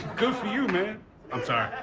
good for you, man i'm sorry.